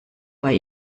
bei